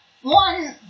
One